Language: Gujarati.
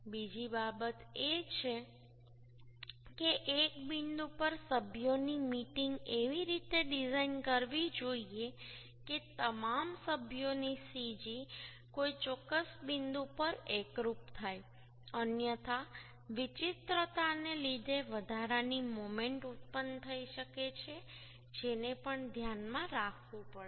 બીજી બાબત એ છે કે એક બિંદુ પર સભ્યોની મીટિંગ એવી રીતે ડિઝાઇન કરવી જોઈએ કે તમામ સભ્યોની cg કોઈ ચોક્કસ બિંદુ પર એકરૂપ થાય અન્યથા વિચિત્રતાને લીધે વધારાની મોમેન્ટ ઉત્પન્ન થઈ શકે છે જેને પણ ધ્યાનમાં રાખવું પડશે